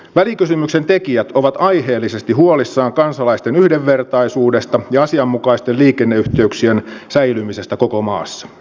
välikysymyksen tekijät ovat aiheellisesti huolissaan kansalaisten yhdenvertaisuudesta ja asianmukaisten liikenneyhteyksien säilymisestä koko maassa